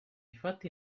fatti